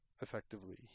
effectively